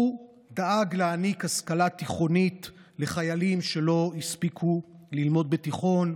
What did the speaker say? הוא דאג להעניק השכלה תיכונית לחיילים שלא הספיקו ללמוד בתיכון,